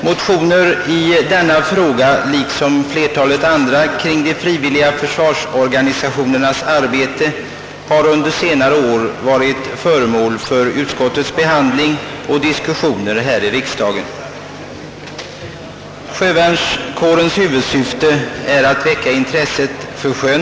Motioner om den frågan liksom flertalet andra rörande de frivilliga försvarsorganisationernas arbete har under senare år behandlats av utskottet och diskuterats i riksdagen. Sjövärnskårens huvudsyfte är att väcka intresse för sjön.